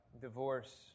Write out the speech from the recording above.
divorce